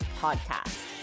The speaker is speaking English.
podcast